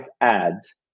ads